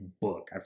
book